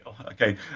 Okay